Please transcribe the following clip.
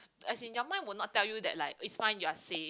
as in your mind will not tell you that like is fine you're safe